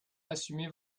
assumez